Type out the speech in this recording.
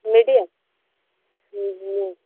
medium ᱦᱮᱸ ᱦᱮᱸ